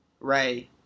Ray